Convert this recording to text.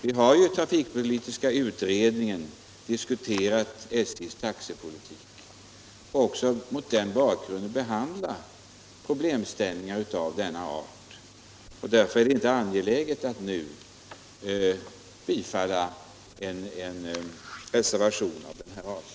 Vi har i trafikpolitiska utredningen diskuterat SJ:s taxepolitik och också mot den bakgrunden behandlat problemställningar av denna art. Därför är det inte angeläget att nu bifalla den reservation som herr Häll har talat för.